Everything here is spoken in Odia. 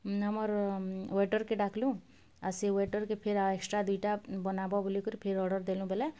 ଆମର୍ ୱେଟର୍କେ ଡାକଲୁ ଆ ସେ ୱେଟର୍କେ ଫେର୍ ଏକ୍ସଟ୍ରା ଦୁଇଟା ବନାବ ବୋଲିକରି ଫେର୍ ଅର୍ଡ଼ର୍ ଦେଲୁ ବେଲେ